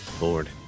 Lord